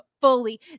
fully